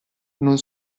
non